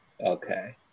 Okay